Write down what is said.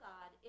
God